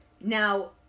Now